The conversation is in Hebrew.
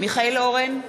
מיכאל אורן,